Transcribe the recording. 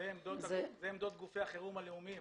אלה עמדות גופי החירום הלאומיים.